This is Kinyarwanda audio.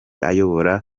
ayobora